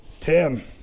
Tim